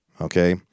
okay